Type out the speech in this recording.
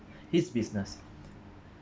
his business